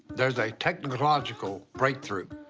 there's a technological breakthrough,